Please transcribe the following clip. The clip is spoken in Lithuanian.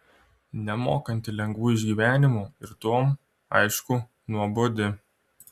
nemokanti lengvų išgyvenimų ir tuom aišku nuobodi